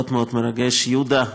יהודה,